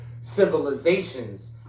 civilizations